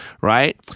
right